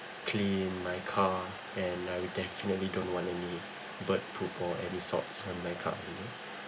clean my car and I will definitely don't want any bird poop all every sorts on my car you know